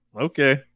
okay